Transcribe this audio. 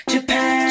Japan